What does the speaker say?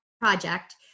project